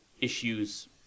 issues